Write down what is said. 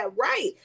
right